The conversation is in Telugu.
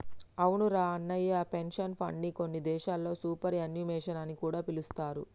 అవునురా అన్నయ్య పెన్షన్ ఫండ్ని కొన్ని దేశాల్లో సూపర్ యాన్యుమేషన్ అని కూడా పిలుస్తారు